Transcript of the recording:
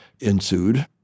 ensued